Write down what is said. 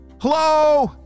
Hello